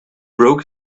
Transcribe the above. broke